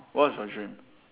what's your dream